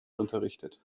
unterrichtet